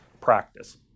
practice